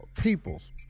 peoples